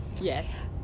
Yes